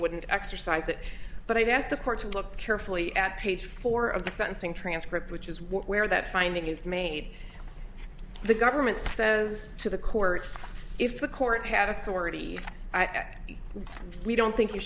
wouldn't exercise it but i'd ask the courts and look carefully at page four of the sentencing transcript which is where that finding is made the government says to the court if the court had authority we don't think you